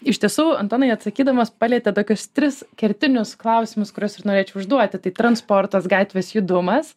iš tiesų antonai atsakydamas palietė tokius tris kertinius klausimus kuriuos ir norėčiau užduoti tai transportas gatvės judumas